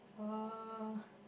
uh